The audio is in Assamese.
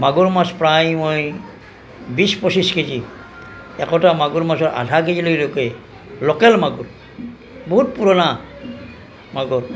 মাগুৰ মাছ প্ৰায় মই বিশ পঁচিছ কেজি একোটা মাগুৰ মাছ আধা কেজি লৈকে লোকেল মাগুৰ বহুত পুৰণা মাগুৰ